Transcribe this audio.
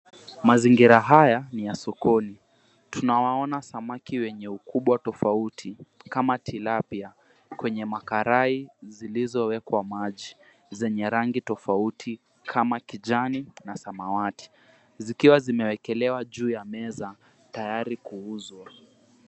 Mazingira haya ni ya sokoni. Tunawaona samaki wenye ukubwa tofauti kama tilapia. Kwenye makarai zilizowekwa maji zenye rangi tofauti kama kijani na samawati. Zikiwa zimewekelewa juu ya meza tayari kuuzwa.